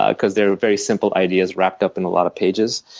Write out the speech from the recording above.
because they're very simple ideas wrapped up in a lot of pages.